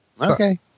Okay